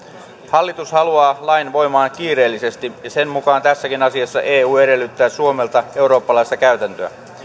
hallitus haluaa lain voimaan kiireellisesti ja sen mukaan tässäkin asiassa eu edellyttää suomelta eurooppalaista käytäntöä